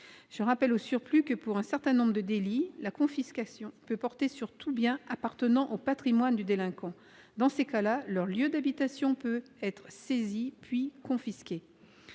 je rappelle que, pour un certain nombre de délits, la confiscation peut porter sur tout bien appartenant au patrimoine du délinquant. Dans ces cas-là, le lieu d'habitation peut être saisi, puis confisqué.